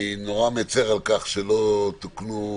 אני נורא מצר על כך שלא תוקנו,